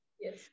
Yes